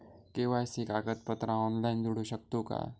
KYC कागदपत्रा online जोडू शकतू का?